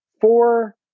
Four